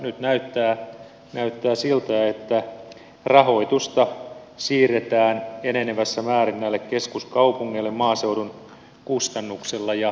nyt näyttää siltä että rahoitusta siirretään enenevässä määrin näille keskuskaupungeille maaseudun kustannuksella